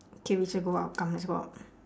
K we should go out come let's go out